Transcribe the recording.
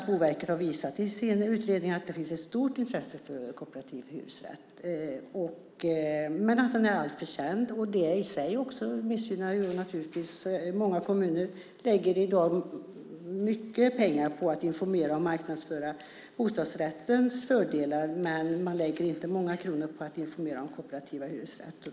Boverket har visat i sin utredning att det finns ett stort intresse för kooperativ hyresrätt men att den är alltför lite känd. Det missgynnar också. Många kommuner lägger i dag mycket pengar på att informera om och marknadsföra bostadsrättens fördelar, men man lägger inte många kronor på att informera om kooperativa hyresrätter.